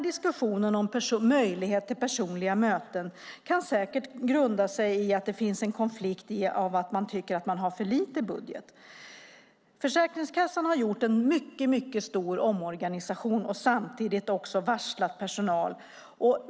Diskussionen om möjlighet till personliga möten kan säkert grundas i att det finns en konflikt i att man tycker att man har en för liten budget. Försäkringskassan har gjort en mycket stor omorganisation och samtidigt varslat personal.